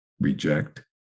Reject